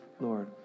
Lord